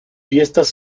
fiestas